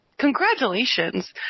Congratulations